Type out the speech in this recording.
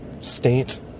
state